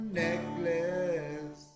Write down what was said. necklace